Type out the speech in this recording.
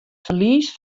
ferlies